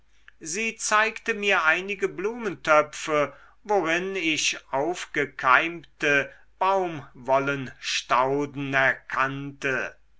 sie zeigte mir einige blumentöpfe worin ich aufgekeimte baumwollenstauden erkannte